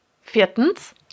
Viertens